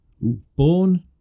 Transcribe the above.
Born